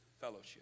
fellowship